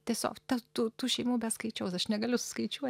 tiesiog ta tų tų šeimų be skaičiaus aš negaliu suskaičiuot